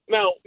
Now